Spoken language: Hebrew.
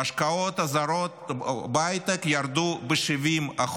וההשקעות הזרות בהייטק ירדו ב-70%.